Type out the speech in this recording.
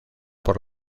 por